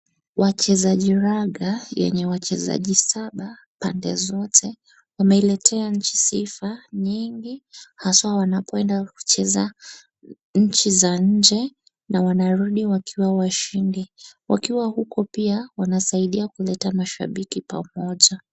Wachezaji raga yenye wachezaji saba pande zote wameiletea nchi sifa nyingi haswaa wanapoenda kucheza nchi za nje na wanarudi wakiwa washindi. Wakiwa huku pia wanasaidia kuleta mashabiki pamoja.